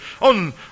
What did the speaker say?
on